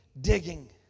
digging